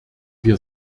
wir